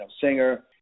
singer